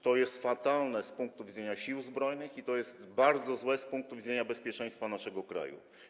To jest fatalne z punktu widzenia Sił Zbrojnych i to jest bardzo złe z punktu widzenia bezpieczeństwa naszego kraju.